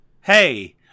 Hey